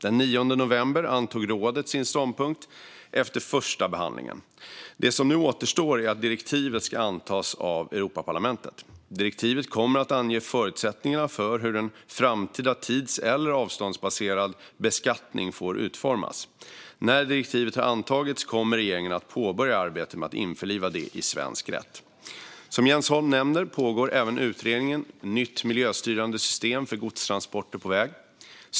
Den 9 november antog rådet sin ståndpunkt efter första behandlingen. Det som nu återstår är att direktivet ska antas av Europaparlamentet. Direktivet kommer att ange förutsättningarna för hur en framtida tids eller avståndsbaserad beskattning får utformas. När direktivet har antagits kommer regeringen att påbörja arbetet med att införliva det i svensk rätt. Som Jens Holm nämner pågår även utredningen Nytt miljöstyrande system för godstransporter på väg.